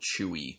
chewy